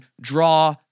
draw